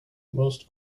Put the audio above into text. most